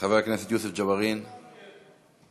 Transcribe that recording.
חבר הכנסת יוסף ג'בארין, בבקשה,